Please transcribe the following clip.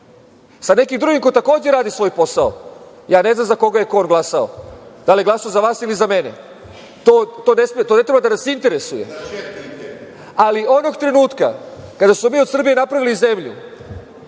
sa nekim drugim ko takođe radi svoj posao, ja ne znam za koga je Kon glasao, da li je glasao za vas ili za mene, to ne treba da nas interesuje. Onog trenutka kada smo mi od Srbije napravili zemlju